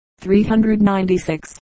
396